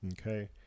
Okay